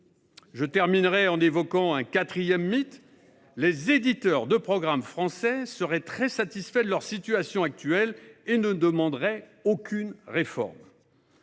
Je terminerai en évoquant un quatrième mythe : les éditeurs de programmes français seraient très satisfaits de leur situation actuelle et ne demanderaient aucune réforme.